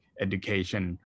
education